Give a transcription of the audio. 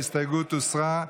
ההסתייגות הוסרה.